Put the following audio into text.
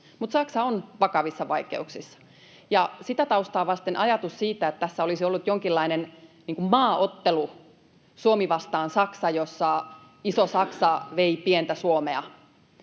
Mutta Saksa on vakavissa vaikeuksissa, ja sitä taustaa vasten ajatus siitä, että tässä olisi ollut jonkinlainen maaottelu Suomi vastaan Saksa, jossa iso Saksa vei pientä Suomea,